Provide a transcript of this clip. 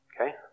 Okay